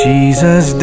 Jesus